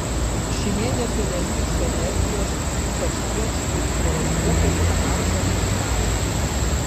šį mėnesį nestigs energijos ypač tiems kurių horoskope yra marsas ar saulė